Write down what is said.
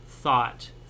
thought